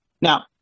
Now